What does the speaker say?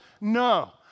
No